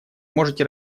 можете